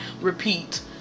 repeat